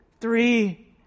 three